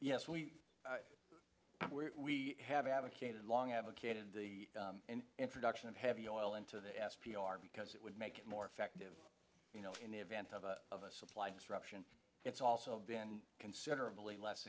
yes we we have advocated long advocated the introduction of heavy oil into the s p r because it would make it more effective in the event of a of a supply disruption it's also been considerably less